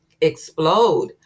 explode